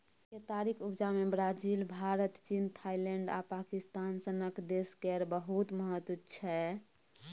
केतारीक उपजा मे ब्राजील, भारत, चीन, थाइलैंड आ पाकिस्तान सनक देश केर बहुत महत्व छै